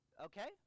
Okay